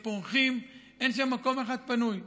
שפורחים, אין שם מקום אחד פנוי.